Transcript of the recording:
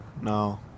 No